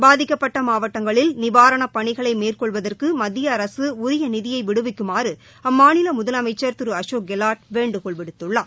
பாதிக்கப்பட்ட மாவட்டங்களில் நிவாரணப் பணிகளை மேற்கொள்வதற்கு மத்திய அரசு உரிய நிதியை விடுவிக்குமாறு அம்மாநில முதலமைச்சர் திரு அசோக் கெலாட் வேண்டுகோள் விடுத்துள்ளார்